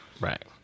right